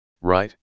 right